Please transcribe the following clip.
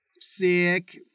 Sick